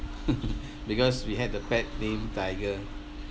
because we had the pet named tiger